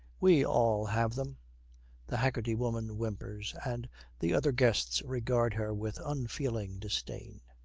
we all have them the haggerty woman whimpers, and the other guests regard her with unfeeling disdain.